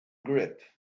grip